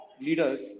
leaders